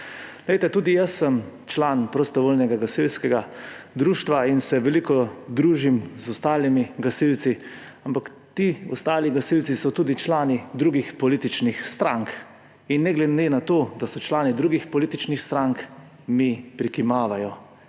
Tudi jaz sem član prostovoljnega gasilskega društva in se veliko družim z ostalimi gasilci, ampak ti ostali gasilci so tudi člani drugih političnih strank. In ne glede na to, da so člani drugih političnih strank, mi prikimavajo,